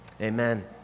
Amen